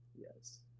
Yes